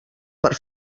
per